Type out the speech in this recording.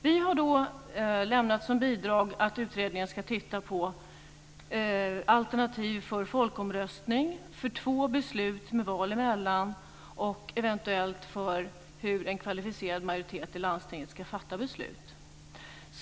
Vi har lämnat som bidrag att utredningen ska titta närmare på alternativ för folkomröstning för två beslut med val emellan och eventuellt på hur en kvalificerad majoritet i landstinget ska fatta beslut.